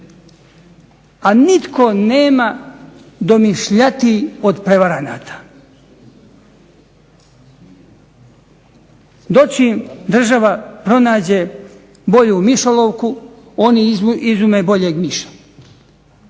A nitko nema domišljatiji od prevaranata. Dočim država pronađe bolju mišolovku oni izume boljeg miša.